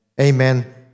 Amen